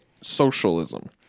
socialism